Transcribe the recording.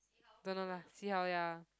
don't know lah see how ya